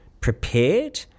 prepared